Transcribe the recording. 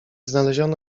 znaleziono